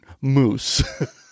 moose